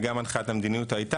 וגם הנחיית המדיניות הייתה,